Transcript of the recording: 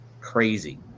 crazy